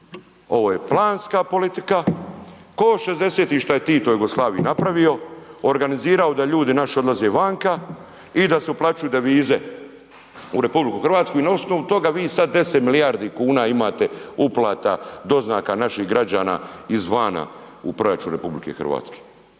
Ovo je planska politika, ko '60. što je Tito Jugoslaviji napravio, organizirao da ljudi naši odlaze vanka i da se uplaćuju devize u RH i na osnovu toga vi sad 10 milijardi kuna imate uplata, doznaka naših građana iz vana u proračun RH, tj.